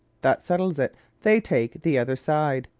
that settles it they take the other side.